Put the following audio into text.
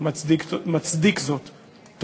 Welcome to Jerusalem .Bienvenue à Jérusalem.